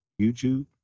YouTube